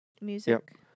music